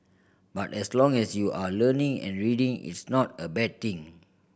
but as long as you are learning and reading it's not a bad thing